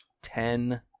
Ten